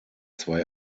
zwei